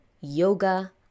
Yoga